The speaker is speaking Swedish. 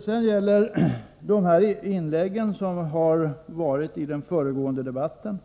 Tidigare i debatten